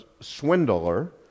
swindler